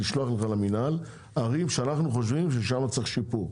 לשלוח לך למינהל ערים שאנחנו חושבים ששם צריך שיפור.